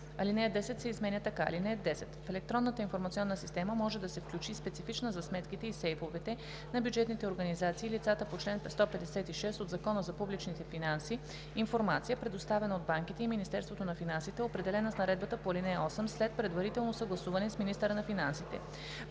Алинея 10 се изменя така: „(10) В електронната информационна система може да се включи и специфична за сметките и сейфовете на бюджетните организации и лицата по чл. 156 от Закона за публичните финанси информация, предоставяна от банките и Министерството на финансите, определена с наредбата по ал. 8, след предварително съгласуване с министъра на финансите.